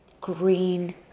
green